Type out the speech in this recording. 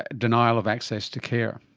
denial of access to care.